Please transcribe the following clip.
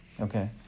Okay